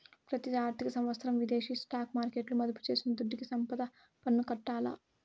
పెతి ఆర్థిక సంవత్సరం విదేశీ స్టాక్ మార్కెట్ల మదుపు చేసిన దుడ్డుకి సంపద పన్ను కట్టాల్ల